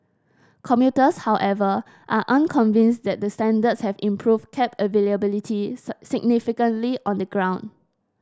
commuters however are unconvinced that the standards have improved cab availability significantly on the ground